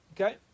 Okay